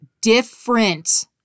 different